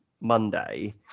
Monday